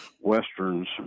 Westerns